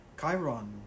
Chiron